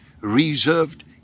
Reserved